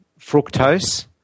fructose